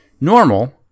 normal